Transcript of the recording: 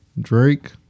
Drake